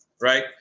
right